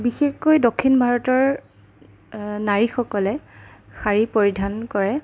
বিশেষকৈ দক্ষিণ ভাৰতৰ নাৰীসকলে শাড়ী পৰিধান কৰে